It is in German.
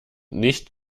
nicht